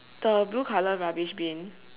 the blue colour rubbish bin